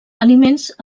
aliments